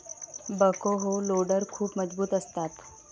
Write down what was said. backhoe loader खूप मजबूत असतात